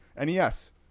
NES